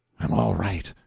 i'm all right.